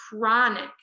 chronic